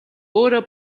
өөрөө